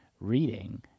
reading